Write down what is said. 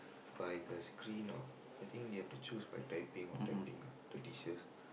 by the screen of I think they have choose by typing or tapping lah the dishes